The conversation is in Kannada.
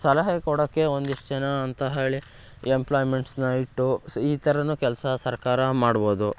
ಸಲಹೆ ಕೊಡೋಕ್ಕೆ ಒಂದಿಷ್ಟು ಜನ ಅಂತ ಹೇಳಿ ಎಂಪ್ಲಾಯ್ಮೆಂಟ್ಸ್ನ ಇಟ್ಟು ಸ್ ಈ ಥರನೂ ಕೆಲಸ ಸರ್ಕಾರ ಮಾಡ್ಬೋದು